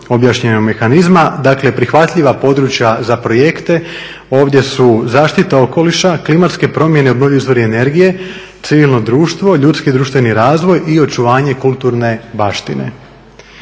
objašnjenog mehanizma. Dakle, prihvatljiva područja za projekte, ovdje su zaštita okoliša, klimatske promjene i obnovljivi izvori energije, civilno društvo, ljudski društveni razvoj i očuvanje kulturne baštine.